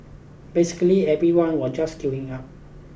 basically everyone was just queuing up